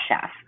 Chef